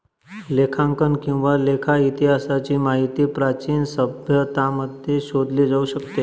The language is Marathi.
लेखांकन किंवा लेखा इतिहासाची माहिती प्राचीन सभ्यतांमध्ये शोधली जाऊ शकते